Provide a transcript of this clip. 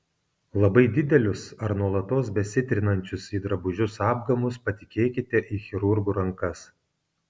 labai didelius ar nuolatos besitrinančius į drabužius apgamus patikėkite į chirurgų rankas